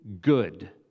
good